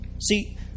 See